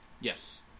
Yes